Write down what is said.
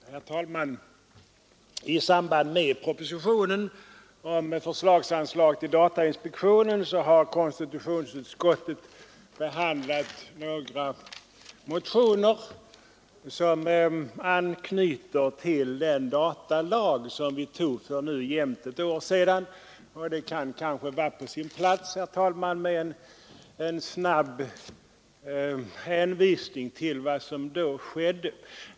Herr talman! I samband med propositionen om förslagsanslag till datainspektionen har konstitutionsutskottet behandlat några motioner som anknyter till den datalag som vi tog för jämnt ett år sedan. Det kan kanske vara på sin plats med en snabb erinran om vad som då skedde.